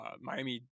Miami